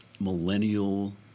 millennial